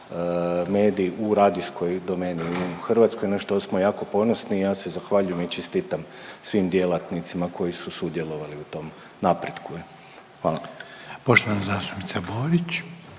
medij u radijskom domeni u Hrvatskoj na što smo jako ponosni. I ja se zahvaljujem i čestitam svim djelatnicima koji su sudjelovali u tom napretku. Hvala. **Reiner, Željko